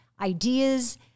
ideas